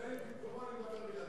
תן לי במקומו, ואני מדבר בלעדיו.